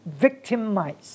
victimized